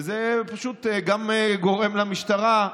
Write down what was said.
וזה גם גורם למשטרה,